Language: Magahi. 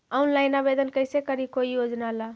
ऑनलाइन आवेदन कैसे करी कोई योजना ला?